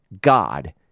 God